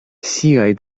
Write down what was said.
siaj